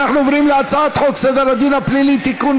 אנחנו עוברים להצעת חוק סדר הדין הפלילי (תיקון,